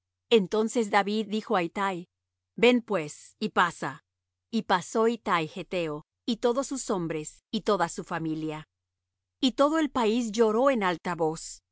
entonces david dijo á ittai ven pues y pasa y pasó ittai getheo y todos sus hombres y toda su familia y todo el país lloró en alta voz